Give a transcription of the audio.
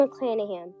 McClanahan